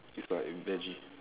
it's like in veggie